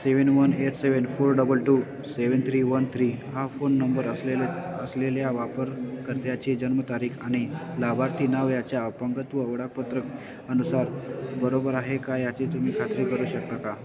seven one eight seven four double two seven three one three हा phone number असलेल्या असलेल्या वापरकर्त्याचे जन्मतारीख आणि लाभार्थी नाव याच्या अपंगत्व वडापत्र अनुसार बरोबर आहे का याची तुम्ही खात्री करू शकता का